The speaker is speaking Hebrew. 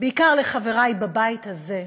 בעיקר לחברי בבית הזה,